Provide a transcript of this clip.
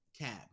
cab